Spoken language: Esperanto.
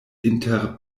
inter